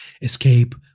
Escape